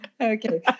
Okay